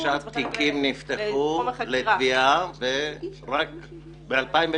86 תיקים נפתחו לתביעה ב-2017.